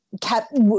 kept